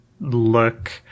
look